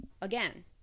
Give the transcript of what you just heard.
again